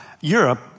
Europe